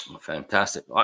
Fantastic